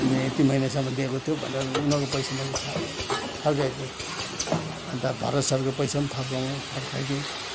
तिमीले यति महिनासम्म दिएको थियौ भनेर उनीहरूको पैसा मैले सब फर्काइदिएँ अन्त भरत सरको पैसा पनि फर्काउँ फर्काइदिएँ